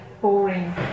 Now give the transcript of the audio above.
boring